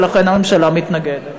ולכן הממשלה מתנגדת.